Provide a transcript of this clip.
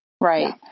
Right